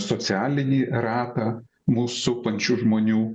socialinį ratą mus supančių žmonių